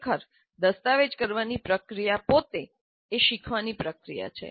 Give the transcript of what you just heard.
ખરેખર દસ્તાવેજ કરવાની પ્રક્રિયા પોતે એ શીખવાની પ્રક્રિયા છે